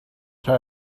try